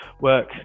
work